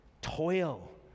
toil